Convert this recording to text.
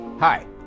Hi